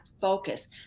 focus